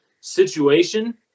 situation